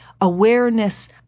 awareness